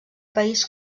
país